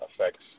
affects